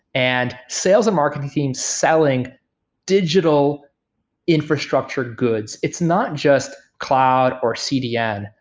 and sales and marketing teams selling digital infrastructure goods. it's not just cloud or cdn.